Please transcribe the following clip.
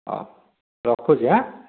ହଉ ରଖୁଛି ହାଁ